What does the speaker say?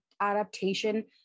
adaptation